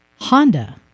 Honda